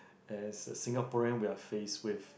as a Singaporean we're face with